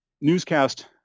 newscast